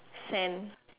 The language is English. sand